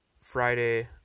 Friday